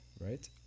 right